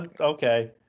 Okay